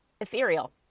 ethereal